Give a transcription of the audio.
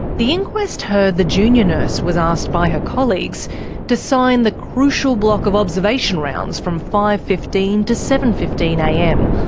the inquest heard the junior nurse was asked by her colleagues to sign the crucial block of observation rounds from five fifteen to seven fifteen am,